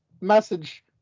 message